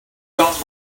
got